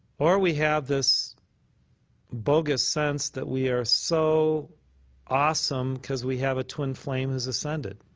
or we have this bogus sense that we are so awesome because we have a twin flame who is ascended.